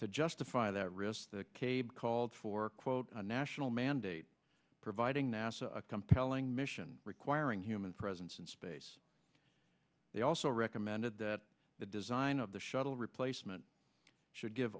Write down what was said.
to justify that risk the cable called for quote a national mandate providing nasa a compelling mission requiring human presence in space they also recommended that the design of the shuttle replacement should give